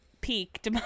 peaked